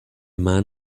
man